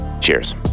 Cheers